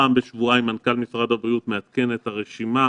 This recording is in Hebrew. פעם בשבועיים מנכ"ל משרד הבריאות מעדכן את הרשימה.